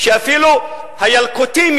שאפילו הילקוטים,